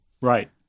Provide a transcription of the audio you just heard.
right